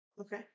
Okay